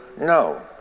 no